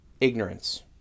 ignorance